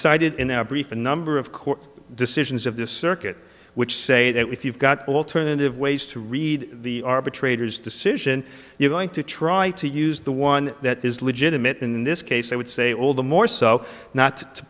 cited in our brief a number of court decisions of the circuit which say that if you've got alternative ways to read the arbitrator's decision you're going to try to use the one that is legitimate in this case i would say all the more so not to